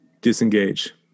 disengage